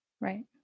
right